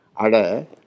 Ada